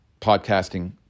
podcasting